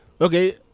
Okay